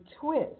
twist